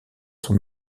son